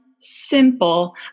simple